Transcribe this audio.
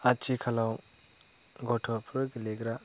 आथिखालाव गथ'फोर गेलेग्रा